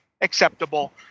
acceptable